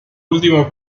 último